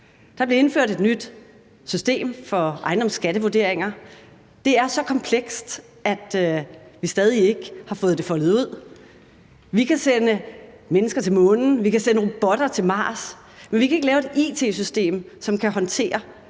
Der blev indført et nyt system for ejendomsvurderinger. Det er så komplekst, at vi stadig ikke har fået det foldet ud. Vi kan sende mennesker til Månen, vi kan sende robotter til Mars, men vi kan ikke lave et it-system, som kan håndtere